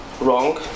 wrong